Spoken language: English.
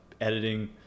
editing